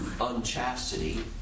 unchastity